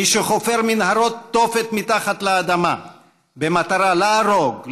מי שחופר מנהרות תופת מתחת לאדמה במטרה להרוג,